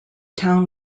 town